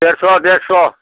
देरस' देरस'